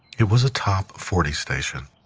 it was a top forty station,